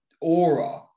aura